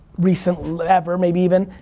recently, ever maybe even,